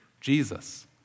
Jesus